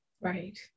Right